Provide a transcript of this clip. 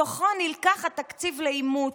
מתוכו נלקח התקציב לאימוץ.